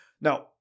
Now